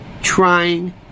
trying